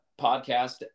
podcast